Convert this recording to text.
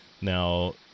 Now